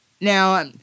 Now